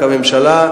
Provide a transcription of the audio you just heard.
כממשלה,